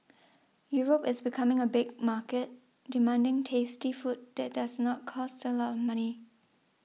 Europe is becoming a big market demanding tasty food that does not cost a lot of money